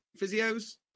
physios